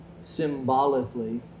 symbolically